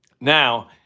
Now